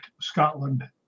scotland